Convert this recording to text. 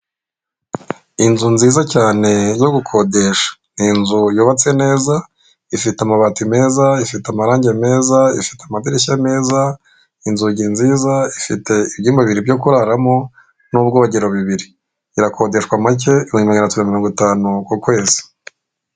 Inzu nziza cyane yo gukodesha ni inzu yubatse neza, ifite amabati meza, afite amarange meza, ifite amadirishya meza, inzugi nziza, ifite ibyumba bibiri byo kuraramo n'ubwogero bubiri irakodeshwa make ibihumbi magana atatu mirongo itanu ku kwezi.